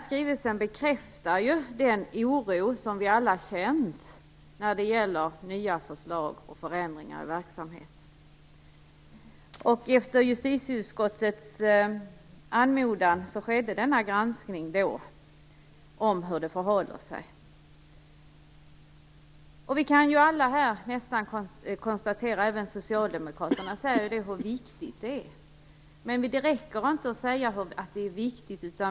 Skrivelsen bekräftar den oro vi alla känt när det gäller nya förslag och förändringar i verksamheter. Efter justitieutskottets anmodan skedde granskningen av hur det hela förhåller sig. Alla här, även Socialdemokraterna, kan konstatera hur viktigt detta är. Men det räcker inte med att säga att det är viktigt.